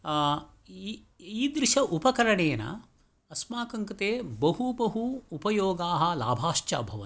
ईदृश उपकरणेन अस्माकं कृते बहु बहु उपयोगाः लाभाश्च अभूवन्